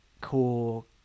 cool